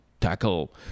tackle